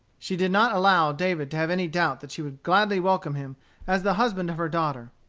she did not allow, david to have any doubt that she would gladly welcome him as the husband of her daughter.